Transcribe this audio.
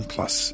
Plus